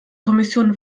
kommission